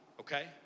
okay